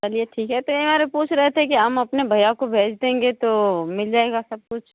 चलिए ठीक है तो ये और पुछ रहे थे कि हम अपने भैया को भेज देंगे तो मिल जाएगा सब कुछ